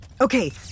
Okay